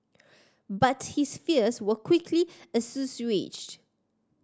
but his fears were quickly assuaged